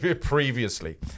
previously